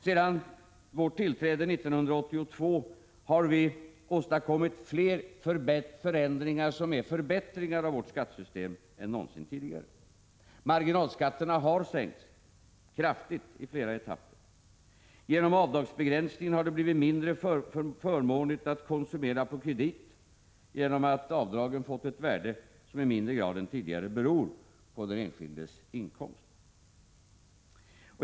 Sedan vårt tillträde 1982 har vi åstadkommit flera förändringar, som innebär förbättringar, av skattesystemet än någonsin tidigare. Marginalskatterna har sänkts kraftigt i flera etapper. Genom avdragsbegränsningen har det blivit mindre förmånligt att konsumera på kredit, eftersom avdragen har fått ett värde som i mindre grad än tidigare beror på den enskildes inkomst.